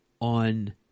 on